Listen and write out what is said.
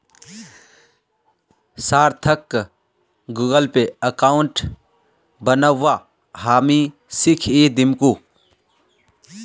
सार्थकक Google Pay account बनव्वा हामी सीखइ दीमकु